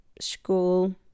school